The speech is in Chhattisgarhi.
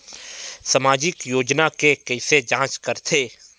सामाजिक योजना के कइसे जांच करथे?